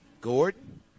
Gordon